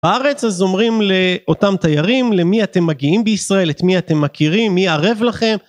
הארץ אז אומרים לאותם תיירים, למי אתם מגיעים בישראל, את מי אתם מכירים, מי ערב לכם.